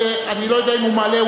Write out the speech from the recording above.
אני לא יודע אם הוא מעלה,